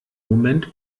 moment